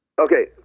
Okay